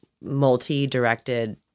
multi-directed